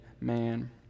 man